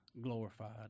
glorified